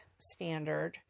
standard